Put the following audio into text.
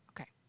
okay